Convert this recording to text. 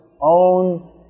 own